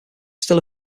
still